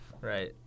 Right